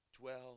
dwell